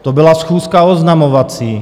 To byla schůzka oznamovací.